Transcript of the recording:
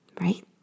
right